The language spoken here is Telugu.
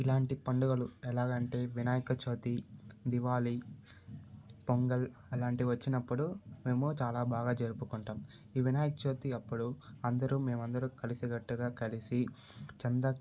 ఇలాంటి పండుగలు ఎలాగంటే వినాయకచవితి దీపావళి పొంగల్ అలాంటివి వచ్చినప్పుడు మేము చాలా బాగా జరుపుకుంటాం ఈ వినాయకచవితి అప్పుడు అందరం మేమందరం కలిసికట్టుగా కలిసి చందా